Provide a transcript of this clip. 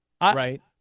Right